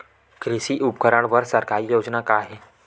कृषि उपकरण बर सरकारी योजना का का हे?